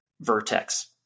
Vertex